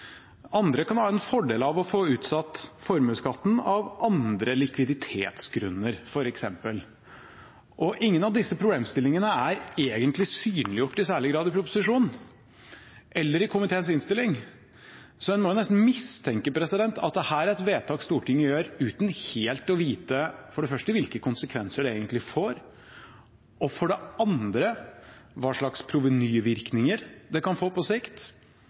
Andre kan f.eks ha en fordel av å få utsatt formuesskatten av andre likviditetsgrunner. Ingen av disse problemstillingene er egentlig synliggjort i særlig grad i proposisjonen, eller i komiteens innstilling, så en må jo nesten mistenke at dette er et vedtak Stortinget gjør uten helt å vite for det første hvilke konsekvenser det egentlig får, for det andre hva slags provenyvirkninger det kan få på sikt,